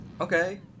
Okay